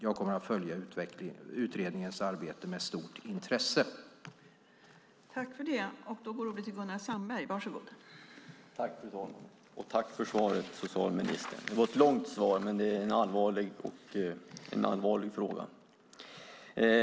Jag kommer att följa utredningens arbete med stort intresse. Då Lena Hallengren, som framställt interpellationen, anmält att hon var förhindrad att närvara vid sammanträdet medgav förste vice talmannen att Gunnar Sandberg i stället fick delta i överläggningen.